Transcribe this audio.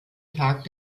tag